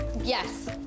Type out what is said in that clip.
Yes